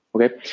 okay